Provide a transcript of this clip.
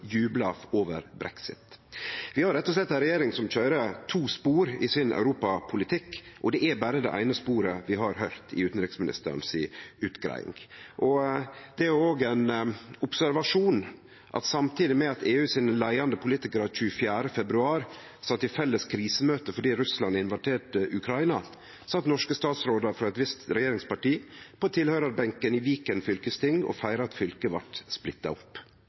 jubla over brexit. Vi har rett og slett ei regjering som køyrer i to spor i europapolitikken sin, og det er berre det eine sporet vi har høyrt i utgreiinga til utanriksministeren. Ein annan observasjon: Samtidig med at dei leiande politikarane i EU den 24. februar sat i felles krisemøte fordi Russland invaderte Ukraina, sat norske statsrådar frå eit visst regjeringsparti på tilhøyrarbenken i Viken fylkesting og feira at fylket blei splitta opp.